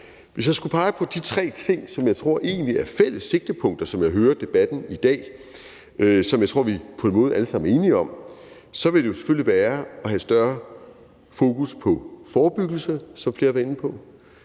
Hvis jeg skulle pege på de tre ting, som jeg egentlig tror er fælles sigtepunkter, sådan som jeg hører debatten i dag, altså som jeg tror vi på en måde alle sammen er enige om, så vil det jo som det første selvfølgelig være at have større fokus på forebyggelse, sådan som flere har været inde på.